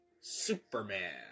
Superman